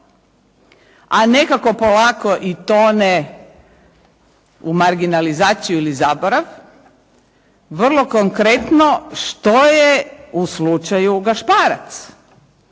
a nekako polako i tone u marginalizaciju ili zaborav vrlo konkretno što je u slučaju Gašparac?